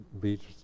beach